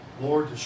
Lord